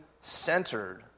centered